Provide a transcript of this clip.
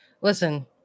Listen